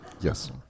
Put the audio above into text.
Yes